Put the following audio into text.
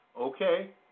okay